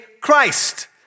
Christ